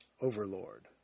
overlord